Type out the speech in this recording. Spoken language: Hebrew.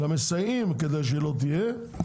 אלא מסייעים כדי שלא תהיה,